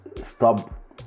stop